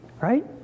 right